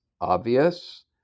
obvious